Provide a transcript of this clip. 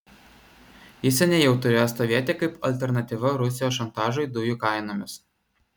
jis seniai jau turėjo stovėti kaip alternatyva rusijos šantažui dujų kainomis